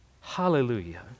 Hallelujah